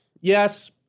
yes